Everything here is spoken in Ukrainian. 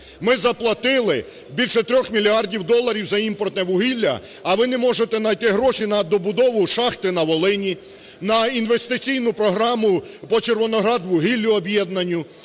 ми заплатили більше 3 мільярдів доларів за імпортне вугілля, а ви не можете найти гроші на добудову шахти на Волині, на інвестиційну програму по "Червоноградвугіллю" об'єднанню